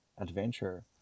adventure